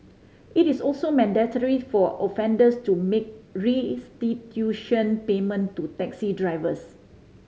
it is also mandatory for offenders to make restitution payment to taxi drivers